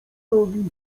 nogi